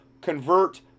convert